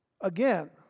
Again